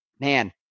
Man